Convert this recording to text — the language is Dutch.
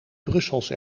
brussels